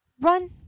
Run